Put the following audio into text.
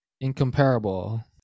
incomparable